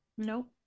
Nope